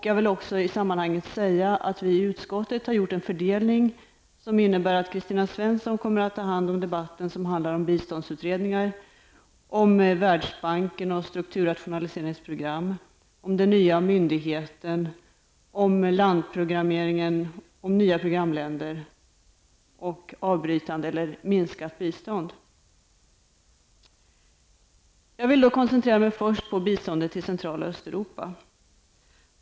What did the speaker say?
Jag vill samtidigt säga att vi i utskottet har gjort en fördelning som innebär att Kristina Svensson kommer att ta hand om debatten som handlar om biståndsutredningar, världsbanken och strukturrationaliseringsprogrammet, den nya myndigheten, landprogrammeringen, nya programländer och avbrytande av eller minskat bistånd. Då vill jag först koncentrera mig på biståndet till Central och Östeuropa.